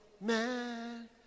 man